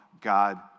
God